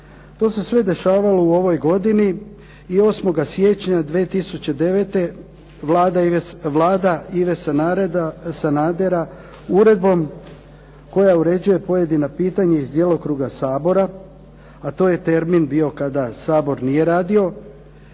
To se sve dešavalo u ovoj godini, i 8. siječnja 2009. Vlada Ive Sanadera uredbom koja uređuje pojedina pitanja iz djelokruga Sabora, a to je termin bio kada Sabor nije radio,